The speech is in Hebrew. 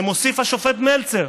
ומוסיף השופט מלצר: